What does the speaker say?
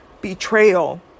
betrayal